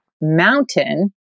mountain